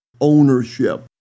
ownership